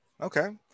Okay